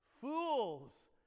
fools